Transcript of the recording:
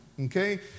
Okay